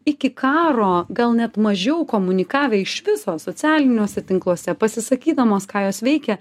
iki karo gal net mažiau komunikavę iš viso socialiniuose tinkluose pasisakydamos ką jos veikia